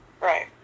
Right